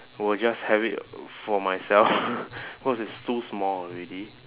will just have it for myself cause it's too small already